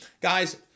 Guys